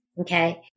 Okay